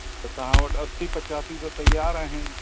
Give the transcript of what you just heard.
त तव्हां वटि असीं पंजाहासी त तयार आहिनि